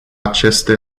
aceste